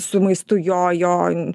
su maistu jo jo